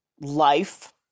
life